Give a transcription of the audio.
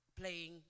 playing